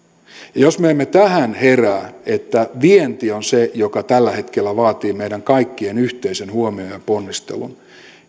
ja jos me emme tähän herää että vienti on se joka tällä hetkellä vaatii meidän kaikkien yhteisen huomion ja ponnistelun